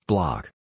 Block